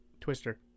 Twister